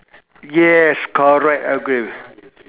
yes correct agree